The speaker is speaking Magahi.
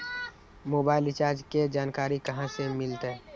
मोबाइल रिचार्ज के जानकारी कहा से मिलतै?